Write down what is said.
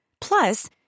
Plus